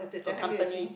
to accompany